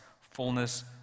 fullness